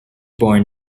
born